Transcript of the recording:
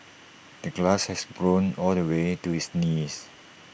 the grass had grown all the way to his knees